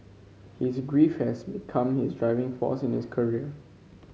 his grief had become his driving force in his career